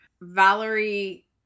Valerie